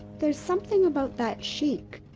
there's something about that sheik.